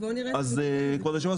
שוב,